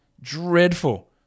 Dreadful